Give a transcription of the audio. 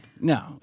No